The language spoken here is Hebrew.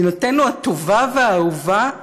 מדינתנו הטובה והאהובה,